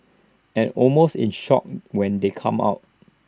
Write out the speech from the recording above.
and almost in shock when they came out